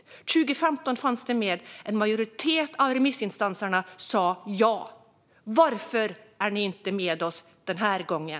År 2015 fanns det med, och en majoritet av remissinstanserna sa ja. Varför är ni inte med oss den här gången?